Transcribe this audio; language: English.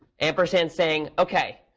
ampersand is saying, ok,